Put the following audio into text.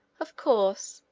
of course,